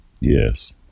Yes